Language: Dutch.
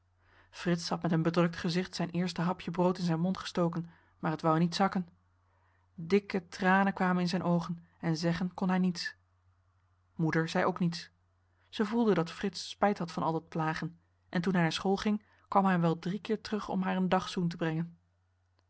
had met een bedrukt gezicht zijn eerste hapje brood in zijn mond gestoken maar t wou niet zakken dikke tranen kwamen in zijn oogen en zeggen kon hij niets moeder zei ook niets ze voelde dat frits spijt had van al dat plagen henriette van noorden weet je nog wel van toen en toen hij naar school ging kwam hij wel drie keer terug om haar een dagzoen te brengen